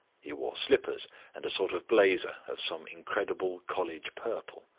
he wore slippers and a sort of blazer of some incredible college purple.